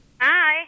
Hi